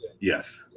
Yes